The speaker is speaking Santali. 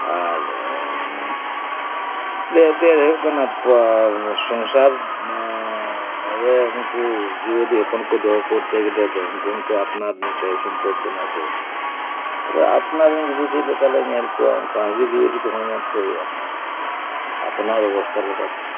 ᱟᱨ ᱟᱞᱮᱭᱟᱜ ᱮᱱᱛᱮ ᱦᱩᱭᱩᱜ ᱠᱟᱱᱟ ᱥᱚᱝᱥᱟᱨ ᱩᱱᱠᱩ ᱡᱤᱣᱭᱟᱹᱞᱤ ᱦᱚᱯᱚᱱ ᱠᱚ ᱫᱚᱦᱚ ᱠᱚᱨᱛᱮ ᱜᱮᱞᱮ ᱩᱱᱠᱩ ᱦᱚᱛᱚ ᱟᱯᱱᱟᱨ ᱢᱤᱫᱴᱮᱡ ᱥᱚᱢᱯᱚᱫ ᱠᱟᱱᱟ ᱠᱚ ᱟᱫᱚ ᱟᱯᱱᱟᱨ ᱨᱮᱱ ᱜᱤᱫᱽᱨᱟᱹ ᱪᱮᱫ ᱞᱮᱠᱟ ᱧᱮᱞ ᱠᱚᱣᱟ ᱚᱱᱠᱟᱜᱮ ᱡᱣᱭᱟᱹᱞᱤ ᱠᱚᱦᱚᱸ ᱧᱮᱞ ᱠᱚ ᱦᱩᱭᱩᱜᱼᱟ ᱟᱯᱱᱟᱨ ᱚᱵᱚᱥᱛᱟ ᱞᱮᱠᱟᱛᱮ